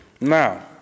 Now